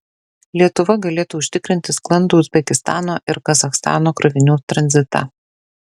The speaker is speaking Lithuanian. lietuva galėtų užtikrinti sklandų uzbekistano ir kazachstano krovinių tranzitą